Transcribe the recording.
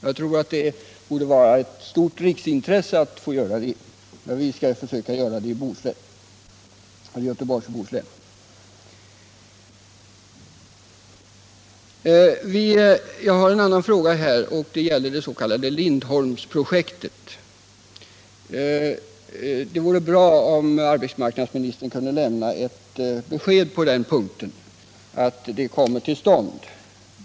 Jag tycker att det borde vara ett stort riksintresse att få göra det — och vi skall alltså försöka göra det i Göteborgs och Bohus län. Jag har en annan fråga, som gäller det s.k. Lindholmsprojektet. Det vore bra om arbetsmarknadsministern kunde ge ett besked på den punkten — att projektet kommer till stånd.